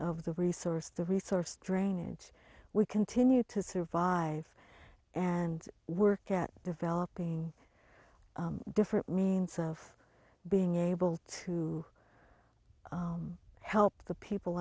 the resource the resource drainage we continue to survive and work at developing different means of being able to help the people